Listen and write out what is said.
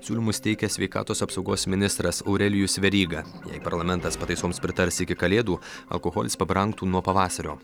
siūlymus teikia sveikatos apsaugos ministras aurelijus veryga jei parlamentas pataisoms pritars iki kalėdų alkoholis pabrangtų nuo pavasario